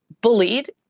bullied